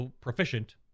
proficient